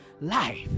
life